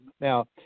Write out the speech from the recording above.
Now